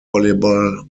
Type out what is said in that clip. volleyball